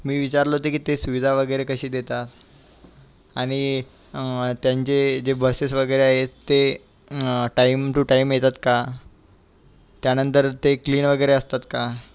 मी विचारलं होतं की ते सुविधा वगैरे कसे देतात आणि त्यांचे जे बसेस वगैरे आहेत ते टाइम टू टाइम येतात का त्यानंतर ते क्लीन वगैरे असतात का